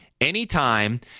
anytime